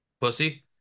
Pussy